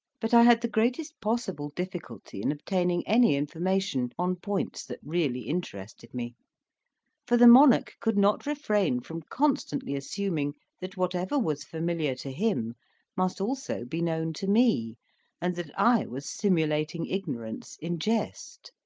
but i had the greatest possible difficulty in obtaining any information on points that really interested me for the monarch could not refrain from constantly assuming that whatever was familiar to him must also be known to me and that i was simulating ignorance in jest.